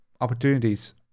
opportunities